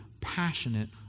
passionate